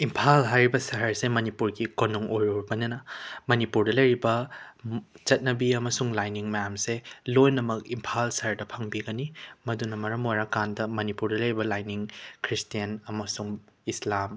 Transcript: ꯏꯝꯐꯥꯜ ꯍꯥꯏꯔꯤꯕ ꯁꯍꯔꯁꯦ ꯃꯅꯤꯄꯨꯔꯒꯤ ꯀꯣꯅꯨꯡ ꯑꯣꯏꯔꯨꯔꯕꯅꯤꯅ ꯃꯅꯤꯄꯨꯔꯗ ꯂꯩꯔꯤꯕ ꯆꯠꯅꯕꯤ ꯑꯃꯁꯨꯡ ꯂꯥꯏꯅꯤꯡ ꯃꯌꯥꯝꯁꯦ ꯂꯣꯏꯅꯃꯛ ꯏꯝꯐꯥꯜ ꯁꯍꯔꯗ ꯐꯪꯕꯤꯒꯅꯤ ꯃꯗꯨꯅ ꯃꯔꯝ ꯑꯣꯏꯔꯀꯥꯟꯗ ꯃꯅꯤꯄꯨꯔꯗ ꯂꯩꯔꯤꯕ ꯂꯥꯏꯅꯤꯡ ꯈ꯭ꯔꯤꯁꯇꯦꯟ ꯑꯃꯁꯨꯡ ꯏꯁꯂꯥꯝ